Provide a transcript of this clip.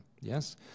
yes